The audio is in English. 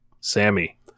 Sammy